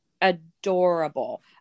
adorable